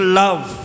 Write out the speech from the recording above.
love